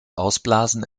ausblasen